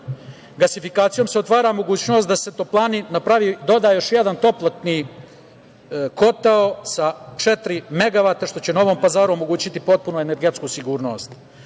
Gasifikacijom se otvara mogućnost da se toplani doda još jedan toplotni kotao sa četiri megavata, što će Novom Pazaru omogućiti potpunu energetsku sigurnost.U